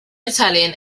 italian